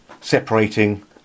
separating